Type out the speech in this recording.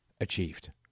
achieved